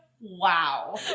wow